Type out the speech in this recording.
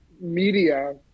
media